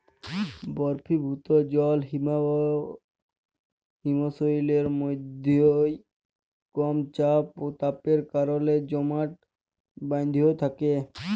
বরফিভুত জল হিমবাহ হিমশৈলের মইধ্যে কম চাপ অ তাপের কারলে জমাট বাঁইধ্যে থ্যাকে